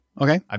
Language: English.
Okay